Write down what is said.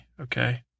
okay